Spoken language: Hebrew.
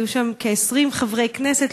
היו שם כ-20 חברי כנסת,